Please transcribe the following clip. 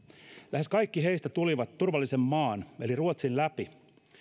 lähes kaikki heistä tulivat turvallisen maan eli ruotsin läpi